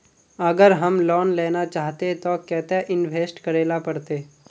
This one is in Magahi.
अगर हम लोन लेना चाहते तो केते इंवेस्ट करेला पड़ते?